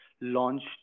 launched